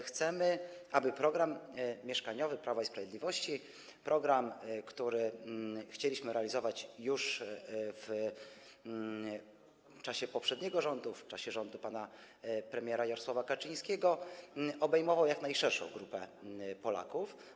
Chcemy, aby program mieszkaniowy Prawa i Sprawiedliwości, program, który chcieliśmy realizować już w czasie poprzedniego rządu, w czasie rządu pana premiera Jarosława Kaczyńskiego, obejmował jak najszerszą grupę Polaków.